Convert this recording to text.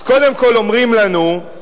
אז קודם כול אומרים לנו: